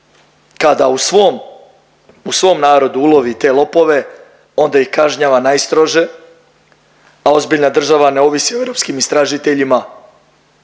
svom, u svom narodu ulovi te lopove, onda ih kažnjava najstrože, a ozbiljna država ne ovisi o europskim istražiteljima